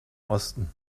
osten